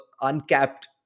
uncapped